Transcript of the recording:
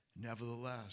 Nevertheless